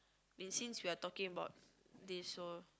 been since we are talking about this so